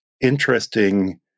interesting